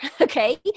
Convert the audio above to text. Okay